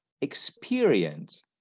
experience